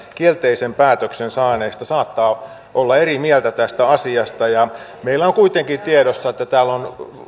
kielteisen päätöksen saaneista saattaa olla eri mieltä tästä asiasta meillä on kuitenkin tiedossa että täällä on